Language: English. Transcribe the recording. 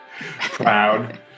Proud